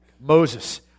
Moses